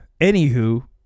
anywho